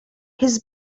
his